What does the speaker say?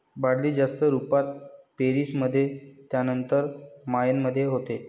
barley जास्त रुपात Paris मध्ये त्यानंतर मायेन मध्ये होते